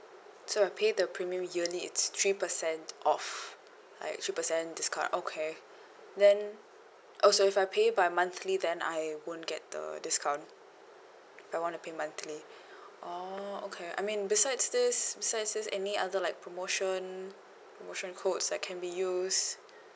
so I pay the premium yearly it's three percent off like three percent discount okay then oh so if I pay by monthly then I won't get the discount if I want to pay monthly oh okay I mean besides this besides this any other like promotion promotion codes that can be used